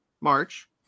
March